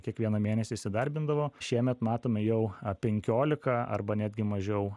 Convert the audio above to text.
kiekvieną mėnesį įsidarbindavo šiemet matome jau a penkiolika arba netgi mažiau